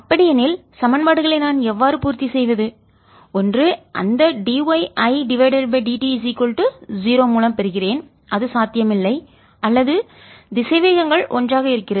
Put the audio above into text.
அப்படியெனில் சமன்பாடுகளை நான் எவ்வாறு பூர்த்தி செய்வது ஒன்று அந்த d y Idt 0 மூலம் பெறுகிறேன் இது சாத்தியமில்லை அல்லது திசைவேகங்கள் ஒன்றாக இருக்கிறது